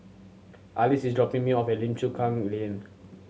Arlis is dropping me off at Lim Chu Kang Lane